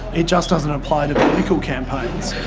it just doesn't apply to political campaigns.